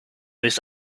this